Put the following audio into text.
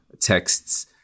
texts